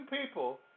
people